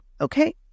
Okay